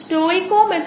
നിരവധി മോഡലുകൾ ഉണ്ട്